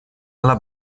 alla